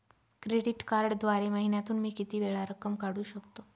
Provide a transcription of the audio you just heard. Credit कार्डद्वारे महिन्यातून मी किती वेळा रक्कम काढू शकतो?